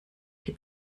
die